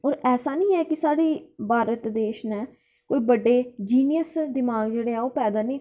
होर ऐसा निं ऐ की साढ़े भारत देश नै जेह्ड़े जीनियस दमाग न ओह् पैदा निं कीते